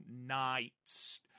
nights